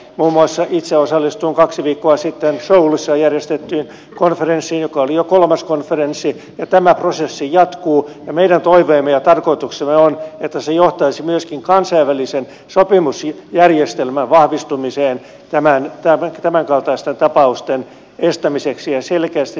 muun muassa itse osallistuin kaksi viikkoa sitten soulissa järjestettyyn konferenssiin joka oli jo kolmas konferenssi ja tämä prosessi jatkuu ja meidän toiveemme ja tarkoituksemme on että se johtaisi myöskin kansainvälisen sopimusjärjestelmän vahvistumiseen tämänkaltaisten tapausten estämiseksi ja selkeästi tekemiseksi laittomiksi